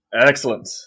Excellent